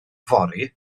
fory